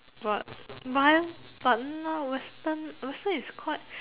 but buy but now Western Western is quite